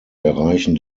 erreichen